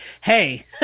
hey